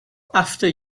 after